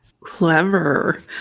Clever